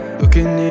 looking